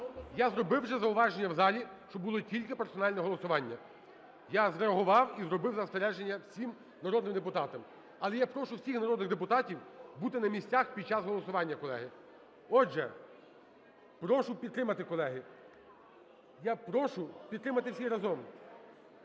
я зробив вже зауваження в залі, щоб було тільки персональне голосування. Я зреагував і зробив застереження всім народним депутатам. Але я прошу всіх народних депутатів бути на місцях під час голосування, колеги. Отже, прошу підтримати, колеги, я прошу підтримати всі разом.